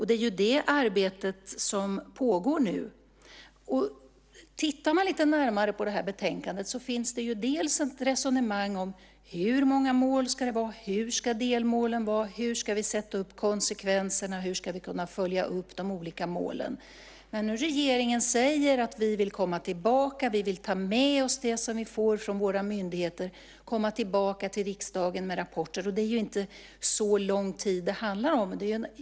Det är det arbetet som pågår nu. Tittar vi närmare på betänkandet finner vi dels ett resonemang om hur många mål det ska vara, dels hur delmålen ska vara och dels hur vi ska se konsekvenserna och följa upp de olika målen. Regeringen säger att man vill komma tillbaka till riksdagen med rapporter och ta med sig vad man får från myndigheterna. Det är inte så lång tid det handlar om.